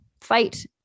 fight